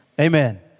Amen